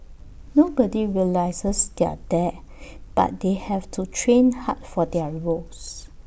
nobody realises they're there but they have to train hard for their roles